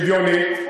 שוויונית,